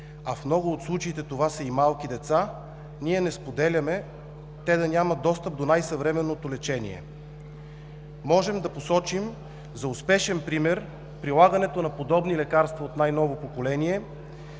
а в много от случаите това са и малки деца, не споделяме те да нямат достъп до най-съвременното лечение. Можем да посочим за успешен пример прилагането на подобни лекарства от най-ново поколение